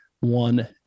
one